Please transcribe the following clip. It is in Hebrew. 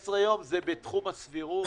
15 יום זה בתחום הסבירות.